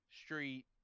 Street